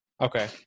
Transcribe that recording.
okay